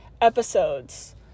episodes